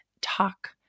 talk